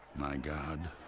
my god